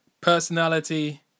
personality